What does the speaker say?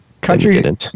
Country